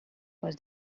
was